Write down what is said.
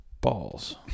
Balls